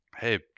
hey